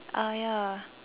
uh ya